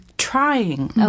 trying